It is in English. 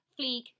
fleek